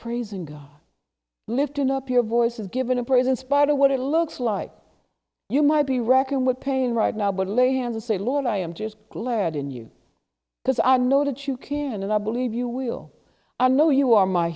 praising god lifting up your voices given a parade in spite of what it looks like you might be reckon with pain right now but later and say lord i am just glad in you because i know that you can and i believe you will i know you are my